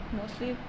mostly